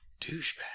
douchebag